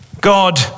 God